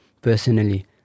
personally